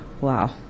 wow